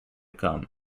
come